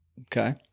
Okay